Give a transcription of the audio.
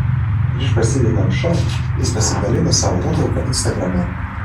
prieš prasidedant šou jis pasidalino savo nuotrauka instagrame